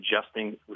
adjusting